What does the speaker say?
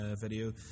video